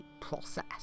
process